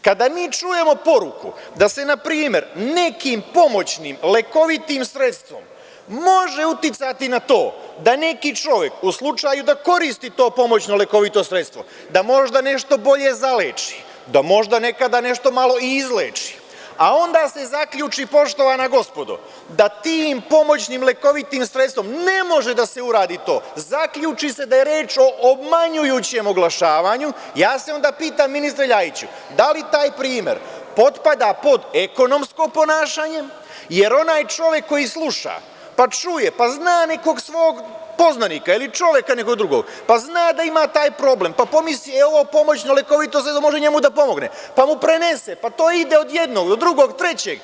Kada mi čujemo poruku da se, na primer, nekim pomoćnim lekovitim sredstvom može uticati na to da neki čovek, u slučaju da koristi to pomoćno lekovito sredstvo da možda nešto bolje zaleči, da možda nekada nešto malo i izleči, a onda se zaključi, poštovana gospodo, da tim pomoćnim lekovitim sredstvom ne može da se uradi to, zaključi se da je reč o obmanjujućem oglašavanju, ja se onda pitam, ministre Ljajiću, da li taj primer potpada pod ekonomsko ponašanje, jer onaj čovek koji sluša, pa čuje, pa zna nekog svog poznanika ili čoveka nekog drugog, pa zna da ima taj problem, pa pomisli - ovo pomoćno lekovito sredstvo može njemu da pomogne, pa mu prenese, pa to ide od jednog do drugog, trećeg?